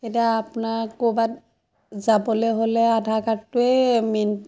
এতিয়া আপোনাক ক'ৰবাত যাবলৈ হ'লে আধাৰ কাৰ্ডটোৱে মেইন